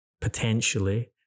potentially